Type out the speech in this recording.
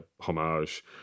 homage